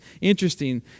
interesting